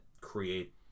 create